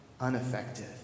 unaffected